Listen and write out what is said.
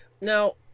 now